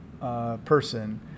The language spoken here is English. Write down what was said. person